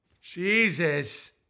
Jesus